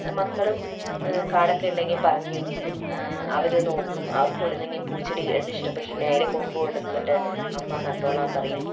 മക്കളും കാടൊക്കെ ഉണ്ടെങ്കിൽ പറിക്കും അവര് നോക്കും അവർക്ക് എവിടുന്നെങ്കിലും പൂ ചെടി കണ്ട് ഇഷ്ടപെട്ടിട്ടുണ്ടെങ്കില് നേരെ കൊമ്പ് കൊണ്ട് വന്നിട്ട് അമ്മ നട്ടോളാൻ പറയും